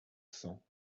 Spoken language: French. cents